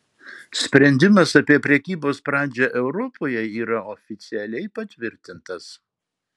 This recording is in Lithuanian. sprendimas apie prekybos pradžią europoje yra oficialiai patvirtintas